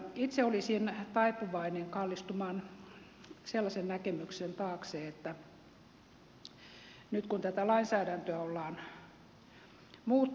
itse olisin taipuvainen kallistumaan sellaisen näkemyksen taakse että nyt kun tätä lainsäädäntöä ollaan muuttamassa